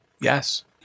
Yes